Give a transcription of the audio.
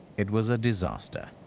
it was a disaster.